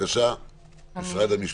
משרד המשפטים,